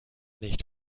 nicht